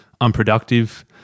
unproductive